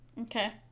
Okay